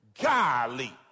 Golly